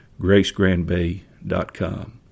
gracegrandbay.com